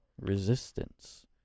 resistance